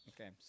Okay